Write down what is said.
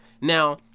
Now